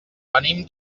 venim